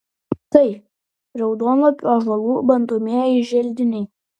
tai raudonlapių ąžuolų bandomieji želdiniai